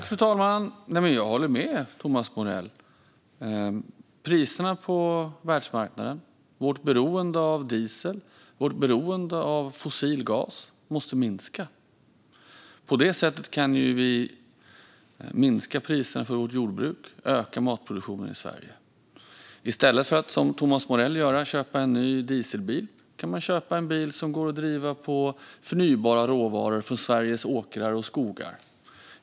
Fru talman! Jag håller med Thomas Morell. Priserna på världsmarknaden, vårt beroende av diesel och vårt beroende av fossil gas måste minska. På det sättet kan vi minska kostnaderna för vårt jordbruk och öka matproduktionen i Sverige. I stället för att göra som Thomas Morell och köpa en ny dieselbil kan man köpa en bil som går att köra på förnybara råvaror från Sveriges åkrar och skogar.